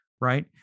right